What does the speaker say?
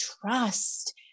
trust